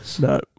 no